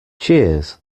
cheers